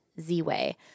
Z-Way